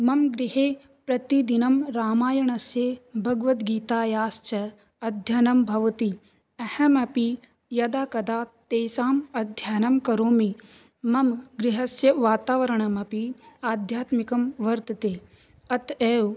मम गृहे प्रतिदिनं रामायणस्य भगवद्गीतायाश्च अध्ययनं भवति अहमपि यदा कदा तेषाम् अध्ययनं करोमि मम गृहस्य वातावरणमपि आध्यात्मिकं वर्तते अत एव